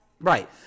Right